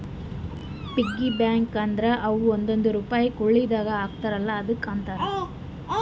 piggy bank ಅಂದುರ್ ಅವ್ರು ಒಂದೊಂದ್ ರುಪೈ ಕುಳ್ಳಿದಾಗ ಹಾಕ್ತಾರ ಅಲ್ಲಾ ಅದುಕ್ಕ ಅಂತಾರ